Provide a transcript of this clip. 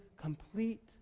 complete